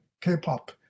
K-pop